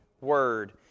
word